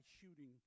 shooting